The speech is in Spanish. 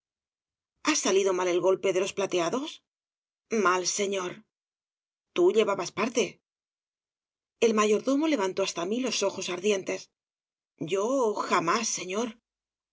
ha salido nial el golpe de los plateados mal señor tú llevabas parte el mayordomo levantó hasta mí los ojos ardientes yo jamás señor